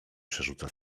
przerzuca